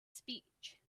speech